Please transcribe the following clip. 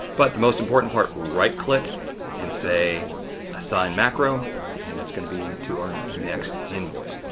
but the most important part, right-click and say assign macro and it's going to be to our next invoice.